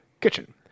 Kitchen